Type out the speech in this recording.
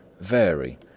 vary